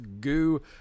goo